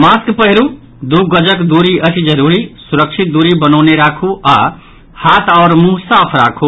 mask पहिरू दू गजक दूरी अछि जरूरी सुरक्षित दूरी बनौने राखू आओर हाथ आ मुंह साफ राखु